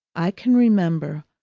i can remember,